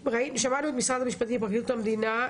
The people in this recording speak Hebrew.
שמענו את משרד המשפטים ואת פרקליטות המדינה.